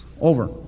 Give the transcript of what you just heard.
over